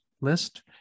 list